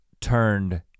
turned